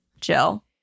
Jill